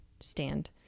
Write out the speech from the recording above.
stand